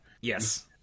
Yes